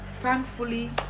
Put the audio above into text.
Thankfully